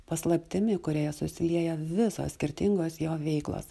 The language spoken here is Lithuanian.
paslaptimi kurioje susilieja visos skirtingos jo veiklos